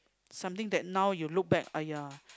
something that now you look back !aiya!